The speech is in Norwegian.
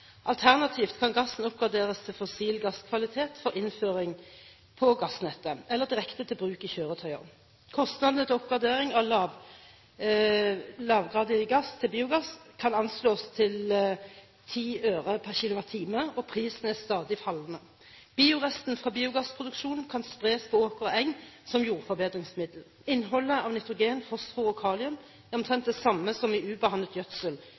Alternativt kan gassen oppgraderes til fossil gasskvalitet for innføring på gassnettet eller direkte til bruk i kjøretøyer. Kostnadene ved oppgradering av lavgradig gass til biogass kan anslås til 10 øre per kWh, og prisen er stadig fallende. Bioresten fra biogassproduksjon kan spres på åker og eng som jordforbedringsmiddel. Innholdet av nitrogen, fosfor og kalium er omtrent det samme som i ubehandlet gjødsel,